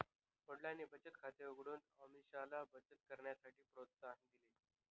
वडिलांनी बचत खात उघडून अमीषाला बचत करण्यासाठी प्रोत्साहन दिले